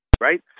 right